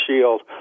shield